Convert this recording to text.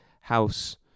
house